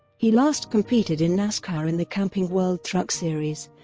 he last competed in nascar in the camping world truck series,